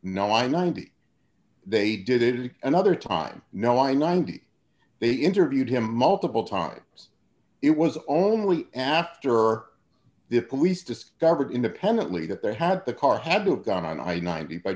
i ninety they did it another time no i ninety they interviewed him multiple times it was only after the police discovered independently that they had the car had looked down on i ninety by